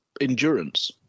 endurance